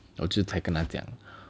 我就才跟他讲